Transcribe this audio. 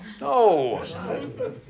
No